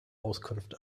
auskunft